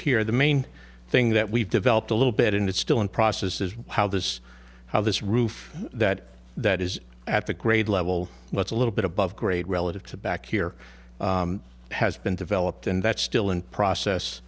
here the main thing that we've developed a little bit and it's still in process is how this how this roof that that is at the raid level that's a little bit above grade relative to back here has been developed and that's still in